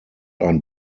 ein